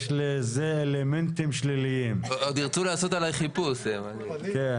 ואנחנו חושבים דרך